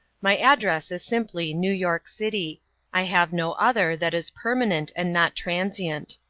my address is simply new york city i have no other that is permanent and not transient.